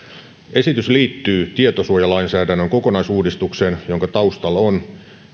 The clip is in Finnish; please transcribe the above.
esitys liittyy tietosuojalainsäädännön kokonaisuudistukseen jonka taustalla on